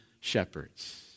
shepherds